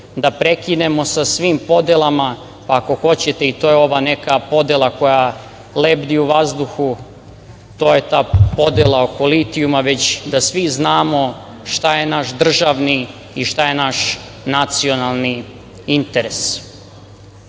da prekinemo sa svim podelama pa ako hoćete i to je ova neka podela koja lebdi u vazduhu, to je ta podela oko litijuma, već da svi znamo šta je naš državni i šta je naš nacionalni interes. Ovo